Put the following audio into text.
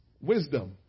wisdom